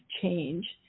change